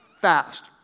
fast